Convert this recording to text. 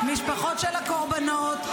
משפחות של הקורבנות,